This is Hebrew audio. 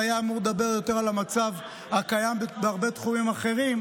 שהיה אמור לדבר יותר על המצב הקיים בהרבה תחומים אחרים,